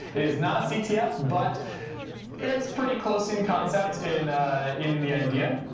it is not a ctf, but it's pretty close in concept in in the idea.